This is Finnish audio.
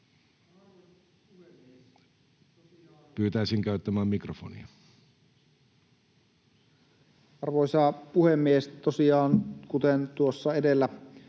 Arvoisa puhemies! Tosiaan, kuten tuossa edellä